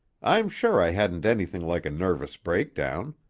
i'm sure i hadn't anything like a nervous breakdown.